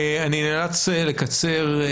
אני נאלץ לקצר,